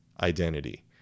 identity